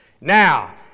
Now